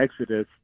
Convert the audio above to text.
exodus